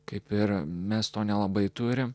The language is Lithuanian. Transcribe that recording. kaip ir mes to nelabai turime